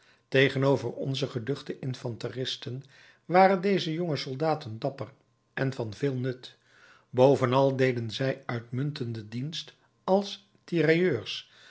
tegenover onze geduchte infanteristen waren deze jonge soldaten dapper en van veel nut bovenal deden zij uitmuntenden dienst als